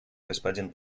господин